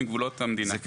זה קיים.